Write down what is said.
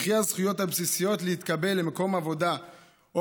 וכי הזכויות הבסיסיות להתקבל למקום עבודה או